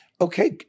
Okay